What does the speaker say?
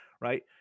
Right